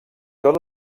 tot